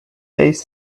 days